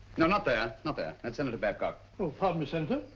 no, not there, not there, that's senator babcock. oh, pardon me, senator.